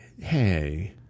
hey